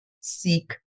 seek